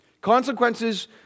Consequences